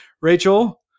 rachel